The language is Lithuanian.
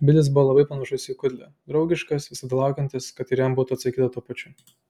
bilis buvo labai panašus į kudlę draugiškas visada laukiantis kad ir jam bus atsakyta tuo pačiu